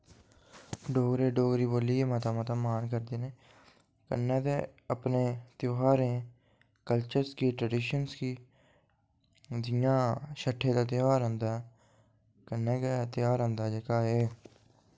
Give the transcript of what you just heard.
डोगरे डोगरी बोल्लियै मता मता मान करदे न कन्नै ते अपनै ध्यारें कल्चरस गी ट्रडीशन गी जि'यां शट्ठ दा ध्यार औंदा कन्नै गै ध्यार औंदा जेह्का एह्